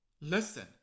Listen